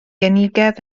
unigedd